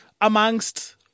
amongst